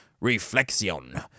Reflexion